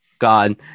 God